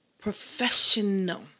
professional